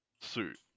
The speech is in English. suit